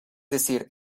decir